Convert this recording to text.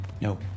No